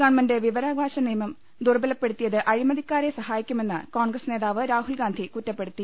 government ്വിവരാവകാശ നിയമം ദൂർബലപ്പെടുത്തി യത് അഴിമതിക്കാരെ സഹായിക്കുമെന്ന് കോൺഗ്രസ് നേതാവ് രാഹുൽഗാന്ധി കുറ്റപ്പെടുത്തി